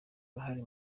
uruhare